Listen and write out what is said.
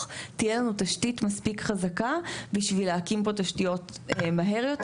תהיה לנו תשתית מספיק חזקה בשביל להקים פה תשתיות מהר יותר.